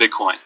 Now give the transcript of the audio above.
Bitcoin